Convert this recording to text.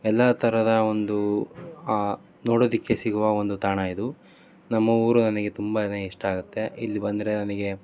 ಎಲ್ಲ ಥರದ ಒಂದು ನೋಡೋದಕ್ಕೆ ಸಿಗುವ ಒಂದು ತಾಣ ಇದು ನಮ್ಮ ಊರು ನನಗೆ ತುಂಬ ಇಷ್ಟ ಆಗುತ್ತೆ ಇಲ್ಲಿ ಬಂದರೆ ನನಗೆ